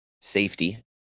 safety